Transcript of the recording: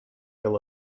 fill